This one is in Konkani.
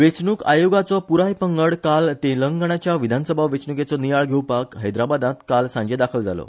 वेचणुक आयोगाचो पुराय पंगड काल तेलंगणाच्या विधानसभा वेचणुकेचो नियाळ घेवपाक हैद्राबादात काल सांजे दाखल जालो